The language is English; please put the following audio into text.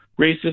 racist